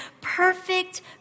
Perfect